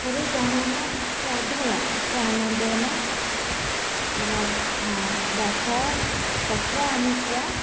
तर्हि जनानां श्रद्धया सानन्देन रथं तत्र आनीय